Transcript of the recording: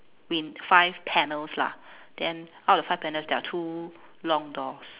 win~ five panels lah then out of five panels there are two long doors